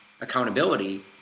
accountability